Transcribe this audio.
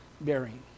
bearing